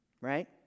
right